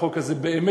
החוק הזה באמת,